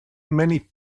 many